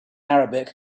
arabic